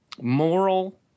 moral